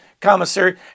commissary